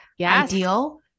ideal